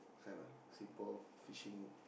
fap ah Singapore fishing